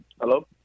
Hello